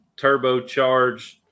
turbocharged